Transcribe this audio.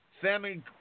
Sammy